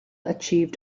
achieved